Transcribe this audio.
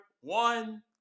One